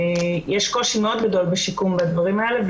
יש קושי מאוד גדול בשיקום בדברים האלה,